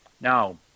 Now